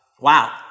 Wow